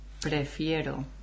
Prefiero